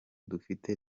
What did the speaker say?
dufite